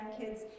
kids